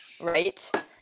Right